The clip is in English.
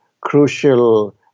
crucial